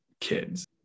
kids